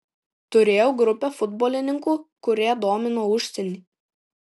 turėjau grupę futbolininkų kurie domino užsienį